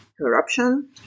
corruption